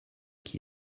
qui